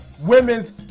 women's